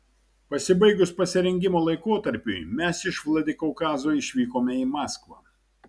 pasibaigus pasirengimo laikotarpiui mes iš vladikaukazo išvykome į maskvą